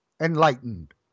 enlightened